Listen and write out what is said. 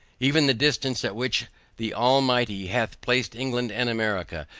even the distance at which the almighty hath placed england and america,